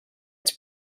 its